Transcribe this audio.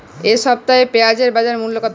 এ সপ্তাহে পেঁয়াজের বাজার মূল্য কত?